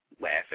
laughing